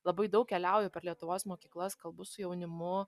labai daug keliauju per lietuvos mokyklas kalbu su jaunimu